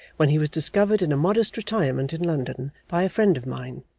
when he was discovered in a modest retirement in london, by a friend of mine,